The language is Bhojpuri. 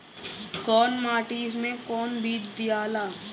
कौन माटी मे कौन बीज दियाला?